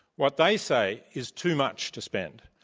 what they say is too much to spend.